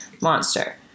Monster